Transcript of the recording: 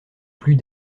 plus